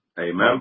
Amen